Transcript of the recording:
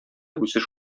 үсеш